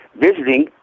visiting